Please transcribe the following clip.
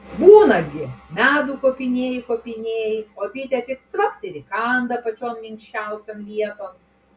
būna gi medų kopinėji kopinėji o bitė tik cvakt ir įkanda pačion minkščiausion vieton